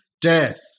death